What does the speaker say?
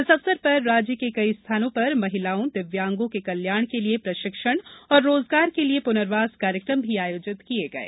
इस अवसर पर राज्य के कई स्थानों पर महिलाओं दिव्यांगों के कल्याण के लिए प्रशिक्षण और रोजगार के लिए पुनर्वास कार्यक्रम भी आयोजित किये गये